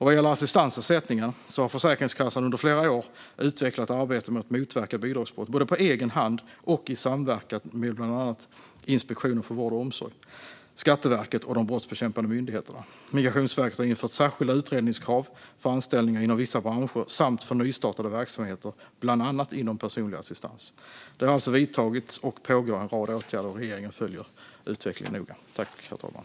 Vad gäller assistansersättningen har Försäkringskassan under flera år utvecklat arbetet med att motverka bidragsbrott, både på egen hand och i samverkan med bland annat Inspektionen för vård och omsorg, Skatteverket och de brottsbekämpande myndigheterna. Migrationsverket har infört särskilda utredningskrav för anställningar inom vissa branscher samt för nystartade verksamheter, bland annat inom personlig assistans. Det har alltså vidtagits och pågår en rad åtgärder. Regeringen följer noga utvecklingen.